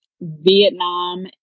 Vietnam